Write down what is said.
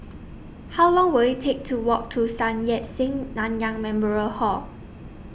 How Long Will IT Take to Walk to Sun Yat Sen Nanyang Memorial Hall